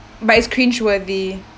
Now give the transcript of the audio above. but it's cringe worthy